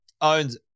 owns